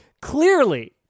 clearly